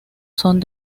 son